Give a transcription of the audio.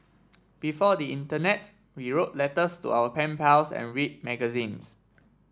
before the internet we wrote letters to our pen pals and read magazines